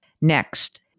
Next